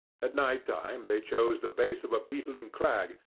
at night-time they chose the base of a beetling crag,